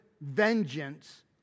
vengeance